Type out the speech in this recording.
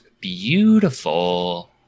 beautiful